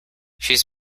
she’s